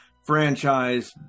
franchise